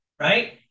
Right